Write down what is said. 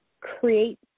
create